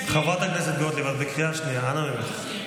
חברת הכנסת גוטליב, את בקריאה שנייה.